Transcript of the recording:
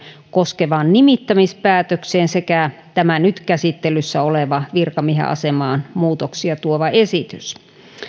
koskevaan nimittämispäätökseen sekä tämä nyt käsittelyssä oleva virkamiehen asemaan muutoksia tuova esitys